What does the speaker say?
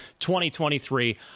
2023